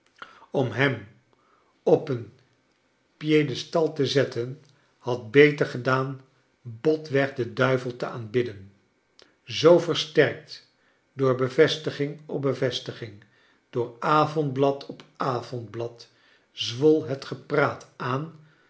om hem op een piedestal te zetten had beter gedaan botweg den duivel te aanbidden zoo versterkt door bevestiging op bevestiging door avondblad op avondblad zwol het gepraat aan